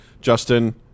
Justin